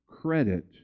credit